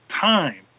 time